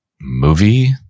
movie